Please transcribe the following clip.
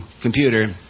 computer